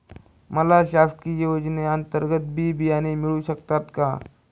मला शासकीय योजने अंतर्गत बी बियाणे मिळू शकतात का?